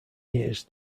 years